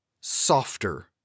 Softer